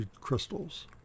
crystals